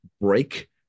break